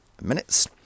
minutes